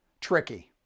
tricky